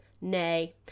Nay